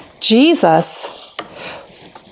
Jesus